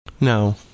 No